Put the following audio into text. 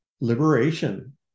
liberation